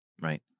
Right